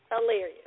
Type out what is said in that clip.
Hilarious